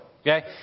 Okay